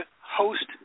host